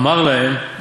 אמר להם: